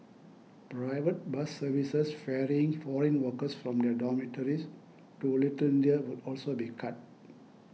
private bus services ferrying foreign workers from their dormitories to Little India will also be cut